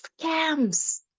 scams